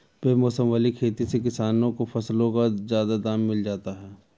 बेमौसम वाली खेती से किसानों को फसलों का ज्यादा दाम मिल जाता है